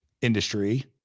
industry